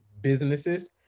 businesses